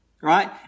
Right